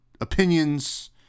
opinions